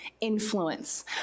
influence